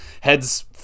head's